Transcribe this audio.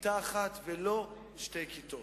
כיתה אחת ולא שתי כיתות.